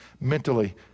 mentally